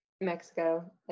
Mexico